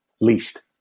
least